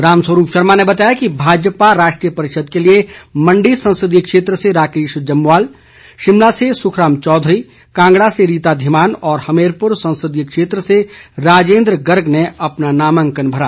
रामस्वरूप शर्मा ने बताया कि भाजपा राष्ट्रीय परिषद के लिए मंडी संसदीय क्षेत्र से राकेश जमवाल शिमला से सुखराम चौधरी कांगड़ा से रीता धीमान और हमीरपुर संसदीय क्षेत्र से राजेंद्र गर्ग ने अपना नामांकन भरा